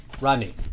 Rodney